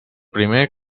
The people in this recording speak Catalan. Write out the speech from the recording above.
primer